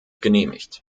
genehmigt